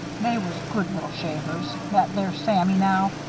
they was good little shavers. that there sammy, now.